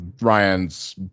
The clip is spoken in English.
ryan's